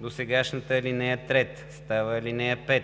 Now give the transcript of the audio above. Досегашната ал. 3 става ал. 5